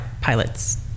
pilots